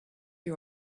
you